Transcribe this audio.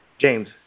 James